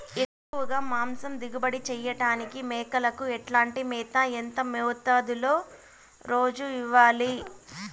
ఎక్కువగా మాంసం దిగుబడి చేయటానికి మేకలకు ఎట్లాంటి మేత, ఎంత మోతాదులో రోజు ఇవ్వాలి?